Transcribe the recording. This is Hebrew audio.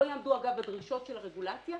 לא יעמדו בדרישות של הרגולציה,